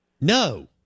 No